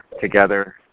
together